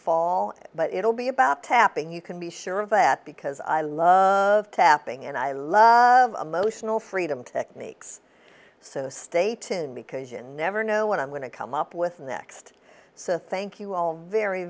fall but it'll be about tapping you can be sure of that because i love of tapping and i love emotional freedom techniques so stay tuned because you never know what i'm going to come up with next so thank you all very